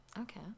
okay